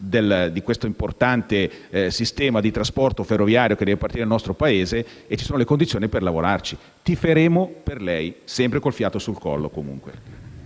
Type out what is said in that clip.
di questo importante sistema di trasporto ferroviario, che deve partire dal nostro Paese e ci sono le condizioni per lavorarci. Tiferemo per lei, mantenendo sempre il fiato sul collo.